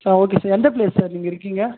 sir okay sir எந்த place sir நீங்கள் இருக்கீங்க